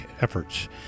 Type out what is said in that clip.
efforts